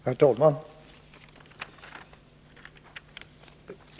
Herr talman!